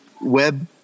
web